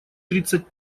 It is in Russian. тридцать